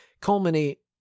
culminate